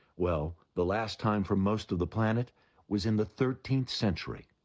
well, the last time for most of the planet was in the thirteenth century.